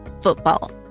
football